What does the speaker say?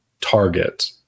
target